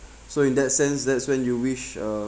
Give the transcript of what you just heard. so in that sense that's when you wish uh